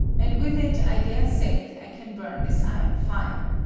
and with it i dare say i can burn this iron file.